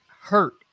hurt